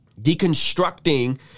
deconstructing